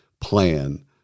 plan